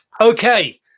Okay